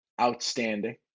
outstanding